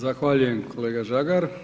Zahvaljujem kolega Žagar.